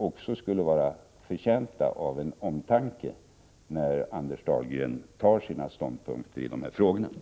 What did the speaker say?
och som skulle vara förtjänta av mera omtanke, när Anders Dahlgren intar sina ståndpunkter i dessa frågor.